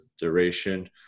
duration